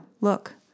Look